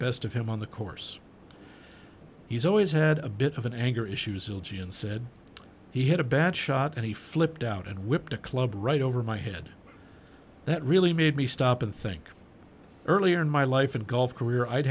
best of him on the course he's always had a bit of an anger issues silje and said he had a bad shot and he flipped out and whipped a club right over my head that really made me stop and think earlier in my life and golf career i'